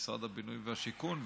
למשרד הבינוי והשיכון.